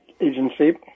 Agency